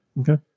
Okay